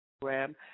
program